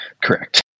Correct